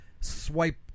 swipe